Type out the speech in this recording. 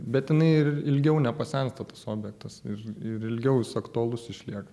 bet jinai ir ilgiau nepasensta tas objektas ir ir ilgiau jis aktualus išlieka